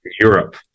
Europe